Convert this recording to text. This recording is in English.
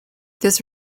this